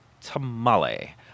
tamale